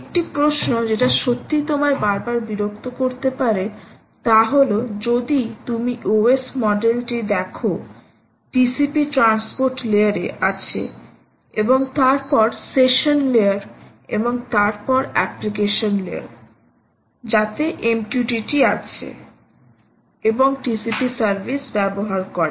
একটি প্রশ্ন যেটা সত্যি তোমায় বারবার বিরক্ত করতে পারে তা হল যদি তুমি OS মডেলটি দেখো TCP ট্রান্সপোর্ট লেয়ারে আছে এবং তারপর সেশন লেয়ার এবং তারপর অ্যাপ্লিকেশন লেয়ার যাতে MQTT আছে এবং TCP সার্ভিস ব্যবহার করে